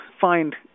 find